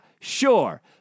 sure